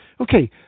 Okay